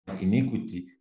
iniquity